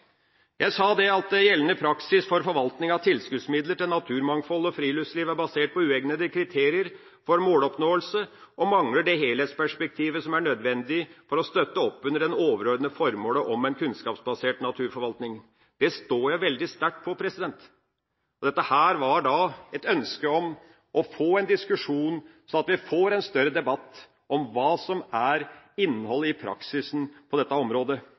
Jeg sa at gjeldende praksis for forvaltning av tilskuddsmidler til naturmangfold og friluftsliv er basert på uegnede kriterier for måloppnåelse og mangler det helhetsperspektivet som er nødvendig for å støtte opp under det overordnede formålet om en kunnskapsbasert naturforvaltning. Det står jeg veldig sterkt ved. Dette var et ønske om å få en diskusjon, sånn at vi får en større debatt om hva som er innholdet i praksisen på dette området.